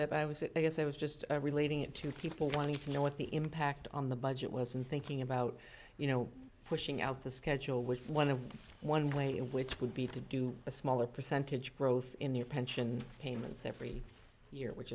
that i was i guess i was just relating it to people wanting to know what the impact on the budget was and thinking about you know pushing out the schedule with one of one play which would be to do a smaller percentage growth in your pension payments every year which